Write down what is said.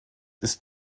ist